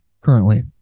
currently